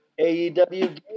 AEW